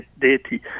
deity